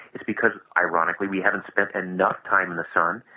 it's because ironically we haven't spent enough time in the sun,